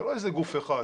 זה לא איזה גוף אחד,